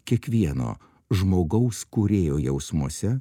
kiekvieno žmogaus kūrėjo jausmuose